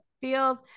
feels